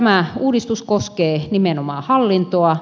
tämä uudistus koskee nimenomaan hallintoa